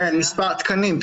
כן, מספר הפסיכולוגים.